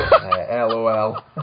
lol